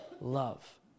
love